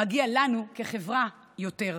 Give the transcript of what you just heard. מגיע לנו, כחברה, יותר.